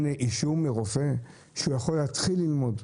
אין אישור רופא שהוא יכול להתחיל ללמוד,